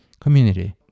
community